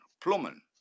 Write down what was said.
plumbing